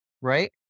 right